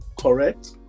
correct